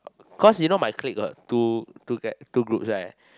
cause you know my clique got two two guy two groups right